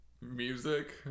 Music